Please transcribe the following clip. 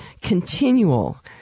continual